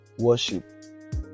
worship